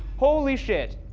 holy shit!